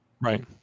Right